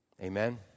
Amen